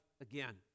again